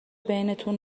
بینتون